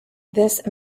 this